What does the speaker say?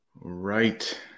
Right